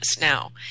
now